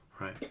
right